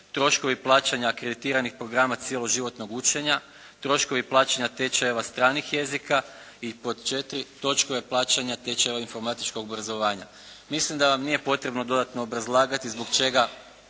troškovi plaćanja akreditiranih programa cjeloživotnog učenja, troškovi plaćanja tečajeva stranih jezika i pod 4. troškove plaćanja tečajeva informatičkog obrazovanja. Mislim da vam nije potrebno dodatno obrazlagati zbog čega